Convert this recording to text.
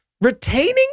Retaining